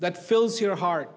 that fills your heart